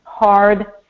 hard